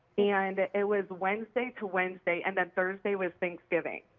and it was wednesday to wednesday and then thursday was thanksgiving.